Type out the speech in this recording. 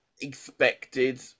expected